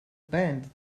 band